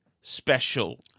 special